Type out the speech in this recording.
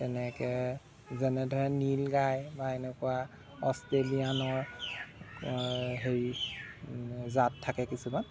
তেনেকে যেনেধৰণে নীল গাই বা এনেকুৱা অষ্ট্ৰেলিয়ানৰ হেৰি জাত থাকে কিছুমান